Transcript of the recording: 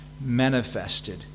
manifested